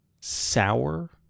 sour